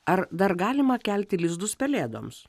ar dar galima kelti lizdus pelėdoms